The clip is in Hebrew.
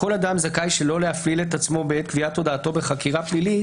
כל אדם זכאי שלא להפליל את עצמו בעת גביית הודאתו בחקירה פלילית